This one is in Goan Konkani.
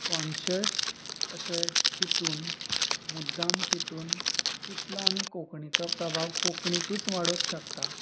कॉन्शयस अशे चिंतून मुद्दाम चिंतून कितलो आमी कोंकणीचो प्रभाव कोंकणीतूच वाडोंक शकता